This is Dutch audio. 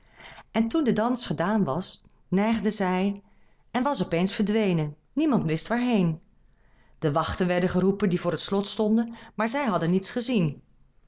en toen de dans gedaan was neigde zij en was op eens verdwenen niemand wist waarheên de wachten werden geroepen die voor het slot stonden maar zij hadden niets gezien